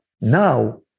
now